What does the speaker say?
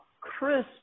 Chris